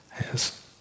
Yes